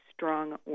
strong